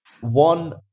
one